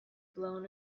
blown